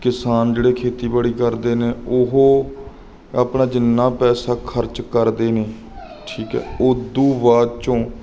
ਕਿਸਾਨ ਜਿਹੜੇ ਖੇਤੀਬਾੜੀ ਕਰਦੇ ਨੇ ਉਹ ਆਪਣਾ ਜਿੰਨਾ ਪੈਸਾ ਖਰਚ ਕਰਦੇ ਨੇ ਠੀਕ ਹੈ ਉਦੂ ਬਾਅਦ 'ਚੋਂ